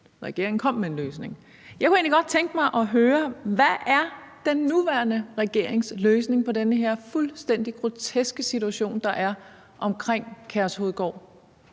regeringen kommed en løsning. Jeg kunne egentlig godt tænke mig at høre, hvad den nuværende regerings løsning er på den her fuldstændig groteske situation, der er omkring Kærshovedgård.